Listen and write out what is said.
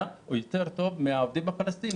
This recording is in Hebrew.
הוא יותר טוב מהעובדים הפלסטינים.